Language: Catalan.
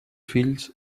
fills